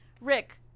rick